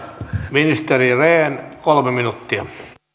ministeri rehn kolme minuuttia